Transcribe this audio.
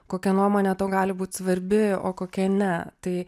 kokią nuomonę tau gali būti svarbi o kokia ne tai